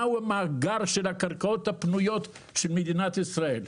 מהו מאגר הקרקעות הפנויות של מדינת ישראל?